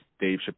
Dave